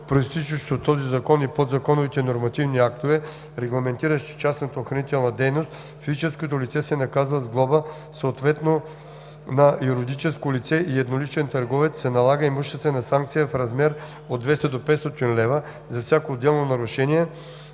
произтичащо от този закон и подзаконовите нормативни актове, регламентиращи частната охранителна дейност, физическото лице се наказва с глоба, съответно на юридическо лице и едноличен търговец се налага имуществена санкция, в размер от 200 до 500 лв. за всяко отделно нарушение,